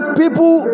people